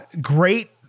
great